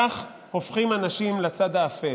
כך הופכים אנשים לצד האפל.